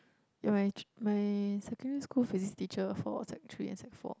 in my my secondary school Physic teacher for sec three and sec four